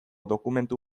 dokumentu